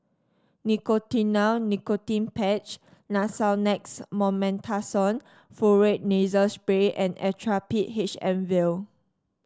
Nicotinell Nicotine Patch Nasonex Mometasone Furoate Nasal Spray and Actrapid H M vial